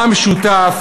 מה המשותף